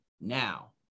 now